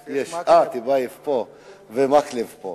אה, טיבייב פה ומקלב פה.